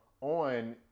on